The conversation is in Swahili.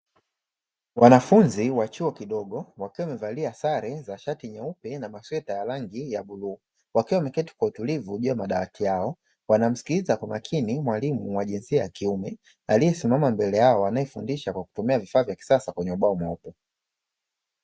Wanafunzi wa chuo kidogo wakiwa wamevalia sare za shati nyeupe na masweta ya rangi ya bluu wakiwa wameketi kwa utulivu juu ya madawati yao, wanamsikiliza kwa makini mwalimu wa jinsia ya kiume aliyesimama mbele yao, anayefundisha kwa kutumia vifaa vya kisasa kwenye ubao mweupe.